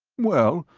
well,